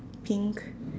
pink